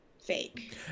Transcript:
fake